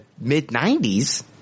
mid-90s